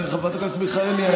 חברת הכנסת מיכאלי,